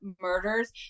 murders